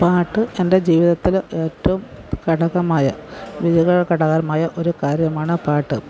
പാട്ട് എൻ്റെ ജീവിതത്തില് ഏറ്റവും ഘടകമായ ജീവിതഘടകമായ ഒരു കാര്യമാണ് പാട്ട്